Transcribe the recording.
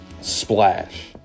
Splash